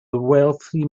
wealthy